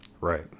Right